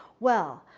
well,